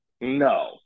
No